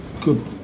good